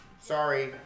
sorry